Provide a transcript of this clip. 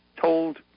told